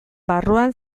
barruan